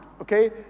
okay